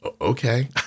okay